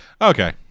Okay